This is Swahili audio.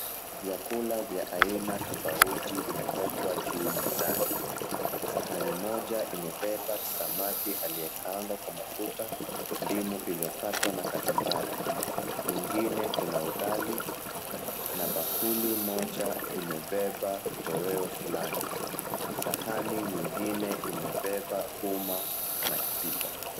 Vyakula vya aina tofauti vimewekwa juu mezani, sahani moja imebeba samaki aliyekangwa kwa mafuta, ndimu iliyokatwa na kachumbari, nyingine kuna ugali na bakuli moja imebeba kitoweo fulani. Sahani nyingine imebeba uma na kijiko.